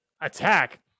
attack